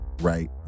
right